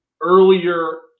earlier